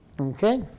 Okay